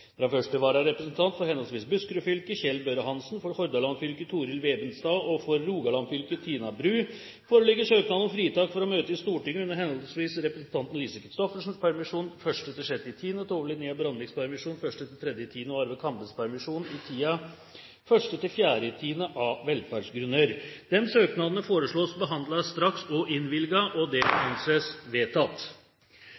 Fra første vararepresentant for henholdsvis Buskerud fylke, Kjell Børre Hansen, for Hordaland fylke, Torill Vebenstad, og for Rogaland fylke, Tina Bru, foreligger søknad om fritak for å møte i Stortinget under henholdsvis representanten Lise Christoffersens permisjon fra 1. til 6. oktober, Tove Linnea Brandviks permisjon fra 1. til 3. oktober og Arve Kambes permisjon i tiden 1.–4. oktober, av velferdsgrunner.